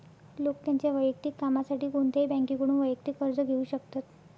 लोक त्यांच्या वैयक्तिक कामासाठी कोणत्याही बँकेकडून वैयक्तिक कर्ज घेऊ शकतात